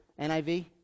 NIV